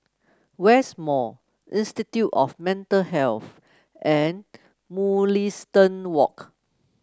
West Mall Institute of Mental Health and Mugliston Walk